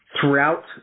throughout